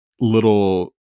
little